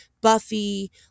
Buffy